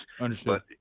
Understood